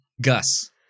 Gus